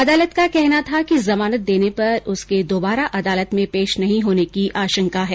अदालत का कहना था कि जमानत देने पर उसके दोबारा अदालत में पेश नहीं होने की आशंका है